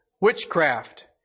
Witchcraft